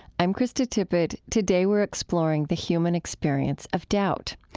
i'm krista tippett. today, we're exploring the human experience of doubt.